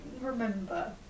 remember